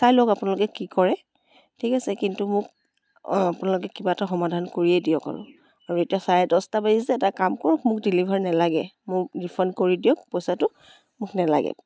চাই লওক আপোনালোকে কি কৰে ঠিক আছে কিন্তু মোক আপোনালোকে কিবা এটা সমাধান কৰিয়ে দিয়ক আৰু আৰু এতিয়া চাৰে দহটা বাজিছে এটা কাম কৰক মোক ডেলিভাৰ নালাগে মোক ৰিফাণ্ড কৰি দিয়ক পইচাটো মোক নালাগে